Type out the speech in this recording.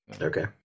Okay